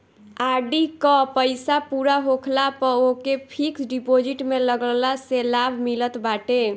RD कअ पईसा पूरा होखला पअ ओके फिक्स डिपोजिट में लगवला से लाभ मिलत बाटे